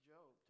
Job